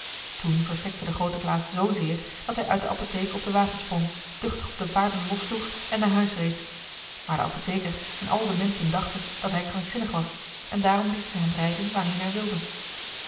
toen verschrikte de groote klaas zoozeer dat hij uit de apotheek op den wagen sprong duchtig op de paarden lossloeg en naar huis reed maar de apotheker en al de menschen dachten dat hij krankzinnig was en daarom lieten zij hem rijden waarheen hij wilde